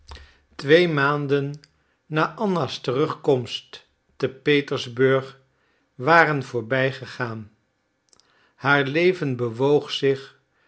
twee maanden na anna's terugkomst te petersburg waren voorbijgegaan haar leven bewoog zich